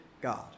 God